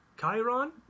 Chiron